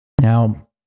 Now